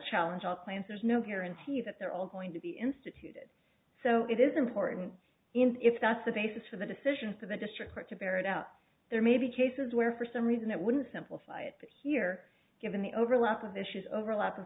challenge our plans there's no guarantee that they're all going to be instituted so it is important in if that's the basis for the decision for the district court to bear it out there may be cases where for some reason it wouldn't simplify it but here given the overlap of issues over